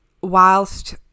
whilst